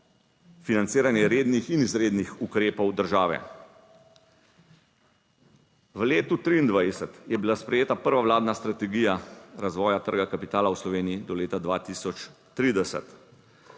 financiranje rednih in izrednih ukrepov države. V letu 2023 je bila sprejeta prva vladna strategija razvoja trga kapitala v Sloveniji do leta 2030.